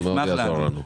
זה מאוד יעזור לנו.